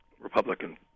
Republican